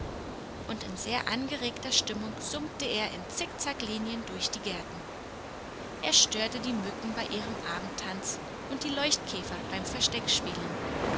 und in sehr angeregter stimmung summte er in zickzacklinien durch die gärten er störte die mücken bei ihrem abendtanz und die leuchtkäfer beim versteckspielen